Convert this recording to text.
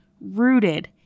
rooted